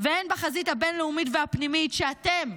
והן בחזית הבין-לאומית והפנימית שאתם,